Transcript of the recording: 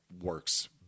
works